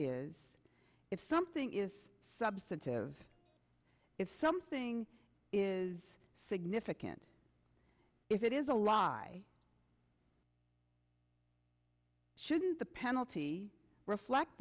is if something is substantive if something is significant if it is a lie shouldn't the penalty reflect